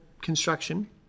construction